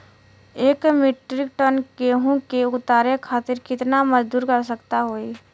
एक metric ton गेहूँ के उतारे खातीर कितना मजदूर क आवश्यकता होई?